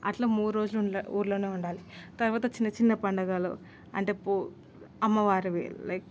అట్లా మూడు రోజులు ఉండా ఊర్లోనే ఉండాలి తర్వాత చిన్న చిన్న పండగలు అంటే పూ అమ్మవారివి